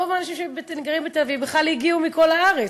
רוב האנשים שגרים בתל-אביב בכלל הגיעו מכל הארץ.